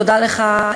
תודה לך,